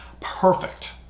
perfect